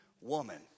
woman